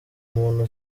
muntu